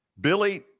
Billy